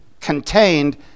contained